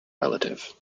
relative